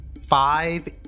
Five